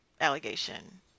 allegation